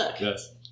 Yes